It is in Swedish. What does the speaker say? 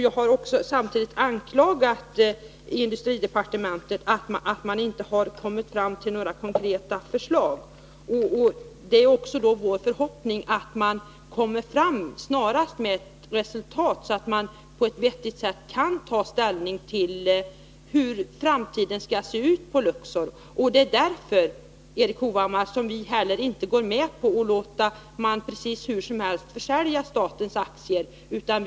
Jag har samtidigt anklagat industridepartementet för att det inte kommit fram några konkreta förslag. Det är vår förhoppning att man kommer fram med resultat snarast, så att det finns möjlighet att på ett vettigt sätt ta ställning till hur framtiden skall se ut för Luxor. Det är därför, Erik Hovhammar, som vi inte vill gå med på att försälja statens aktier hur som helst.